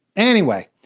anyway,